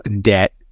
debt